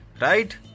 Right